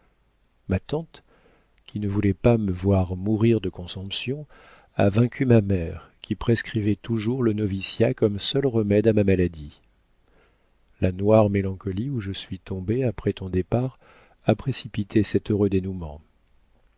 ma tante qui ne voulait pas me voir mourir de consomption a vaincu ma mère qui prescrivait toujours le noviciat comme seul remède à ma maladie la noire mélancolie où je suis tombée après ton départ a précipité cet heureux dénouement